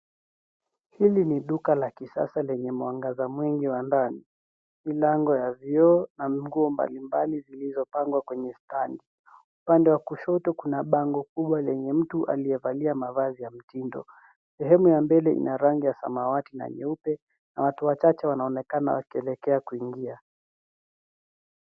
Hili ni duka la kisasa lenye mwangaza mwengi wa ndan, milango ya vioo na nguo mbalimbali zilizopangwa kwenye standi. Upande wa kushoto kuna bango kubwa lenye mtu alievalia mavazi ya mtindo. Sehemu ya mbele ina rangi ya samawati na nyeupe na watu wachache wanaonekana wakielekea kuingia.